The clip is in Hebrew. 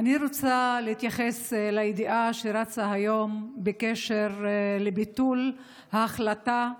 אני רוצה להתייחס לידיעה שרצה היום בקשר לביטול ההחלטה,